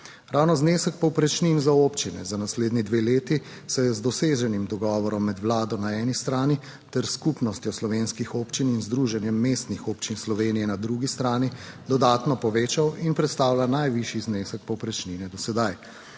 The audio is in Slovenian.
Ravno znesek povprečnin za občine za naslednji dve leti se je z doseženim dogovorom med vlado na eni strani ter Skupnostjo slovenskih občin in Združenjem mestnih občin Slovenije na drugi strani dodatno povečal in predstavlja najvišji znesek povprečnine do sedaj.